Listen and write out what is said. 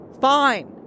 Fine